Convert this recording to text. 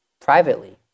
privately